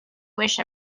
wish